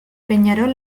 peñarol